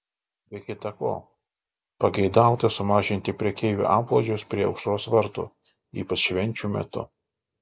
be kita ko pageidauta sumažinti prekeivių antplūdžius prie aušros vartų ypač švenčių metu